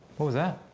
what was that?